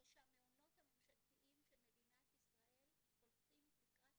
שהמעונות הממשלתיים של מדינת ישראל הולכים לקראת